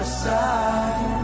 side